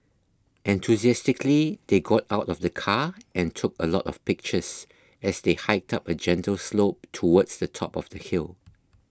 enthusiastically they got out of the car and took a lot of pictures as they hiked up a gentle slope towards the top of the hill